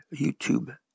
YouTube